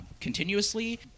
continuously